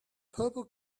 purple